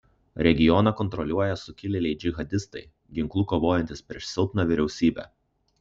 regioną kontroliuoja sukilėliai džihadistai ginklu kovojantys prieš silpną vyriausybę